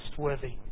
trustworthy